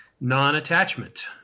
non-attachment